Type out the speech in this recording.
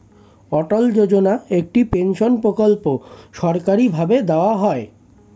অটল যোজনা একটি পেনশন প্রকল্প সরকারি ভাবে দেওয়া হয়